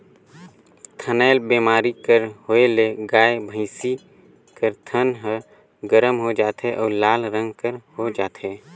थनैल बेमारी कर होए ले गाय, भइसी कर थन ह गरम हो जाथे अउ लाल रंग कर हो जाथे